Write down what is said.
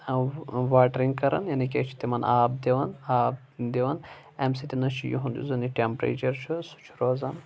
watering کَران یعنے کہ أسۍ چھِ تِمن آب دِوان آب دِوان اَمہِ سۭتٮ۪ن چھُ یِہُنٛد یُس زَن یِہ ٹٮ۪مپریچَر چھُ سُہ چھُ روزان